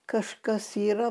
kažkas yra